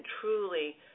truly